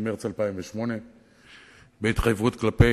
רבותי,